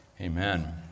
Amen